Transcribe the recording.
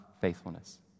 faithfulness